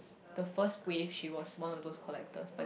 the first wave she was one of those collectors but then